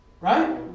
Right